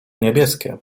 niebieskie